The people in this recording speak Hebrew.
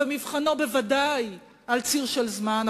ומבחנו ודאי על ציר של זמן,